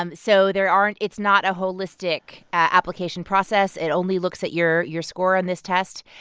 um so there aren't it's not a holistic application process. it only looks at your your score on this test.